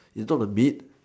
it's not the meat